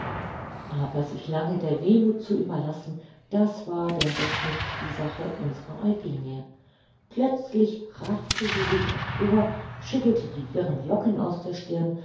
aber sich lange der wehmuth zu überlassen das war denn doch nicht die sache unserer eugenie plötzlich raffte sie sich empor schüttelte die wirren locken aus der stirn